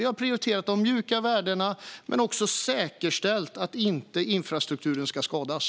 Vi har prioriterat de mjuka värdena - men också säkerställt att infrastrukturen inte skadas.